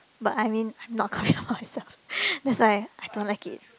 but I mean I'm not confident about myself that's why I don't like it